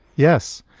yes,